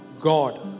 God